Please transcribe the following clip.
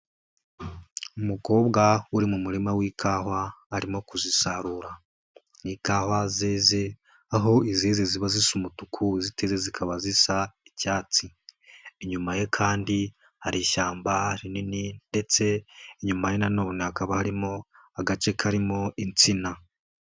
Umukobwa uri mu murima w'ikawa arimo kuzisarura ni ikawa zeze aho izeze ziba zisa umutuku iziteze zikaba zisa icyatsi, inyuma ye kandi hari ishyamba rinini ndetse inyuma ye nanone hakaba harimo agace karimo insina.